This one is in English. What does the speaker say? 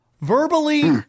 Verbally